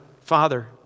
father